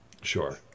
Sure